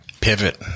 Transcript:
Pivot